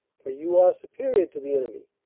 for you are superior to the enemy,